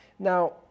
Now